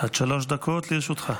עד שלוש דקות לרשותך.